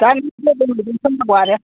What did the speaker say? सोरनोबा आरो